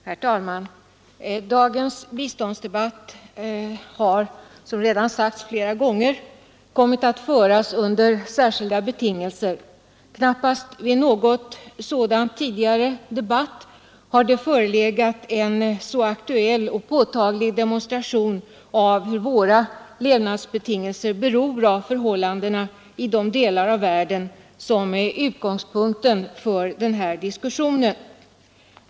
Herr talman! Dagens biståndsdebatt har, som redan sagts flera gånger, kommit att föras under särskilda betingelser. Knappast vid någon tidigare sådan debatt har det förelegat en så aktuell och påtaglig demonstration av hur våra levnadsbetingelser är beroende av förhållandena i de delar av världen som är utgångspunkten för denna diskussion.